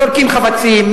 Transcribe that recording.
זורקים חפצים,